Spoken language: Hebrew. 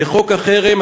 לחוק החרם,